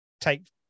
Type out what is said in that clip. take